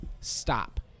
Stop